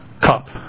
cup